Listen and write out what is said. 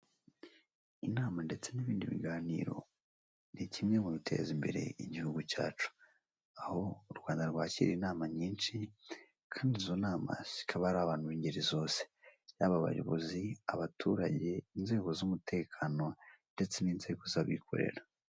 Inama ndetse n'ibindi biganiro ni kimwe mu biteza imbere igihugu cyacu, aho u Rwanda rwakira inama nyinshi kandi izo nama zikaba ari abantu b'ingeri zose, yaba bayobozi, abaturage, inzego z'umutekano ndetse n'inzego z'abikorera.